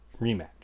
rematch